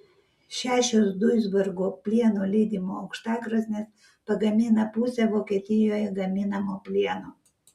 šešios duisburgo plieno lydimo aukštakrosnės pagamina pusę vokietijoje gaminamo plieno